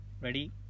Ready